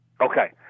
Okay